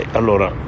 allora